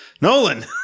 Nolan